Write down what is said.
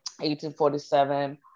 1847